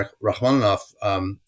Rachmaninoff